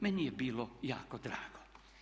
Meni je bilo jako drago.